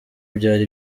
byari